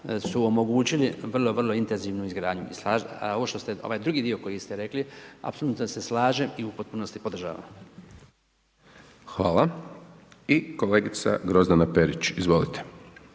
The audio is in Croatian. su omogućili vrlo, vrlo intenzivnu izgradnju. A ovaj drugi dio koji ste rekli apsolutno se slažem i u potpunosti podržavam. **Hajdaš Dončić, Siniša (SDP)** Hvala. I kolegica Grozdana Perić, izvolite.